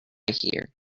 here